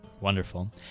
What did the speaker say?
wonderful